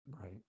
right